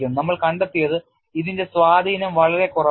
നമ്മൾ കണ്ടെത്തിയത്ഇതിന്റെ സ്വാധീനം വളരെ കുറവാണ്